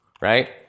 right